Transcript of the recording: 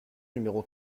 numéro